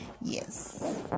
Yes